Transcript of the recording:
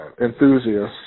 enthusiasts